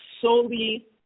solely